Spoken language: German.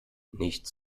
nichts